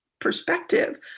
perspective